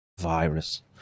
virus